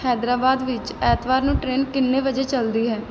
ਹੈਦਰਾਬਾਦ ਵਿੱਚ ਐਤਵਾਰ ਨੂੰ ਟ੍ਰੇਨ ਕਿੰਨੇ ਵਜੇ ਚੱਲਦੀ ਹੈ